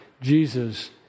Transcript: Jesus